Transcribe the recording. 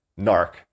narc